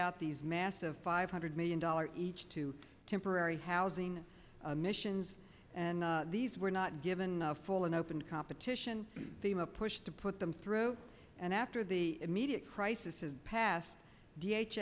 out these massive five hundred million dollars each to temporary housing missions and these were not given a full and open competition theme a push to put them through and after the immediate crisis has pas